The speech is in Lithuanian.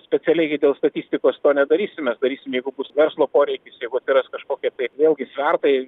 specialiai gi dėl statistikos to nedarysime mes darysim jeigu bus verslo poreikis jeigu atsiras kažkokie tai vėlgi svertai